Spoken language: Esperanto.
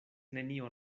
nenio